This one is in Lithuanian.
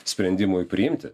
sprendimui priimti